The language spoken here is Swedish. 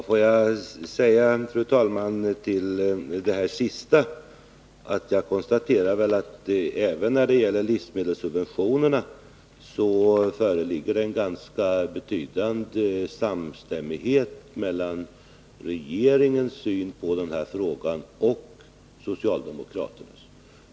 Fru talman! Låt mig konstatera att det föreligger en ganska betydande samstämmighet mellan regeringens och socialdemokraternas syn även i fråga om livsmedelssubventionerna.